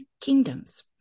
Kingdoms